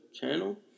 channel